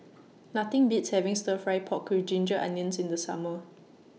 Nothing Beats having Stir Fry Pork with Ginger Onions in The Summer